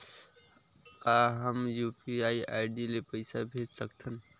का हम UPI ID ले पईसा भेज सकथन?